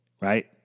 Right